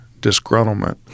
disgruntlement